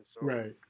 Right